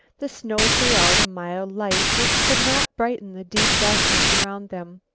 the snow threw out a mild light which could not brighten the deep darkness around them.